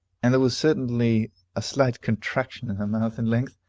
and there was certainly a slight contraction of her mouth in length,